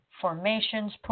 formations